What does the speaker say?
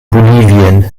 bolivien